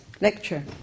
lecture